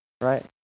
Right